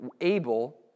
able